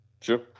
sure